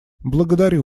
благодарю